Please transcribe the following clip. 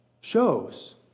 shows